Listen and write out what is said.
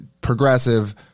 progressive